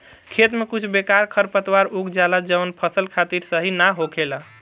खेतन में कुछ बेकार खरपतवार उग जाला जवन फसल खातिर सही ना होखेला